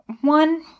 one –